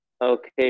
Okay